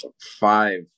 five